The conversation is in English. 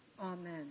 Amen